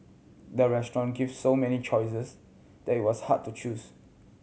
the restaurant give so many choices that it was hard to choose